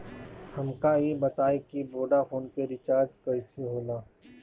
हमका ई बताई कि वोडाफोन के रिचार्ज कईसे होला?